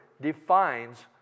defines